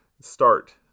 start